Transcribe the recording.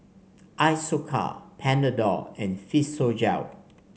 Isocal Panadol and Physiogel